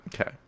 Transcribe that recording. okay